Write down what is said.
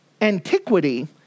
antiquity